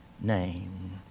name